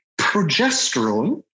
progesterone